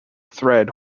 thread